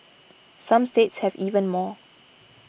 some states have even more